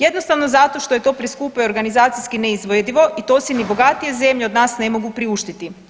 Jednostavno zato što je to preskupo i organizacijski neizvedivo i to si ni bogatije zemlje od nas ne mogu priuštiti.